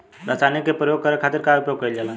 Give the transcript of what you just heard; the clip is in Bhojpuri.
रसायनिक के प्रयोग करे खातिर का उपयोग कईल जाला?